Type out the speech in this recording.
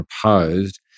proposed